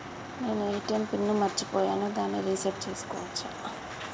నేను ATM PIN ని మరచిపోయాను దాన్ని రీ సెట్ చేసుకోవచ్చా?